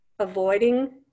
Avoiding